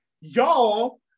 y'all